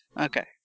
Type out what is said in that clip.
Okay